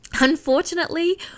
Unfortunately